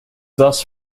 thus